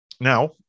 now